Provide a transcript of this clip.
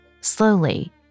Slowly